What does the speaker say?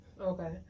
Okay